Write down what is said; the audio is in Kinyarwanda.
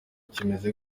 kimeze